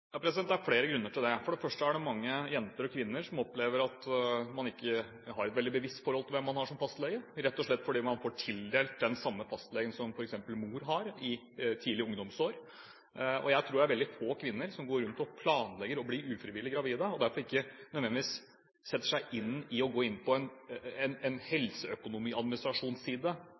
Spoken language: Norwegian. Det er flere grunner til det. For det første er det mange jenter og kvinner som ikke har et veldig bevisst forhold til hvem de har som fastlege, rett og slett fordi de får tildelt den samme fastlegen som f.eks. mor har, i tidlige ungdomsår. Jeg tror det er veldig få kvinner som går rundt og planlegger å bli ufrivillig gravid, og som derfor ikke nødvendigvis setter seg inn i og går inn på en